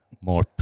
more